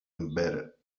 embedded